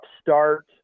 start